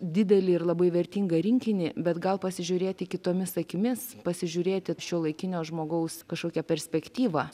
didelį ir labai vertingą rinkinį bet gal pasižiūrėti kitomis akimis pasižiūrėti šiuolaikinio žmogaus kažkokią perspektyvą